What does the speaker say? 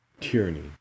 tyranny